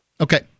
Okay